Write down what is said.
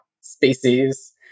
species